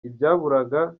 ibyaburaga